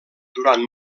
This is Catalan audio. durant